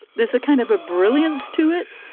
there's a kind of a brilliance to it,